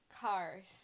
cars